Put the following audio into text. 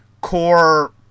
core